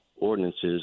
ordinances